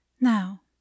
Now